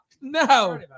No